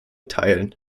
teilen